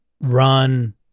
run